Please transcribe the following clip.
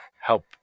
help